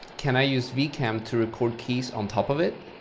can i use vcam to record keys on top of it?